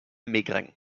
mégrin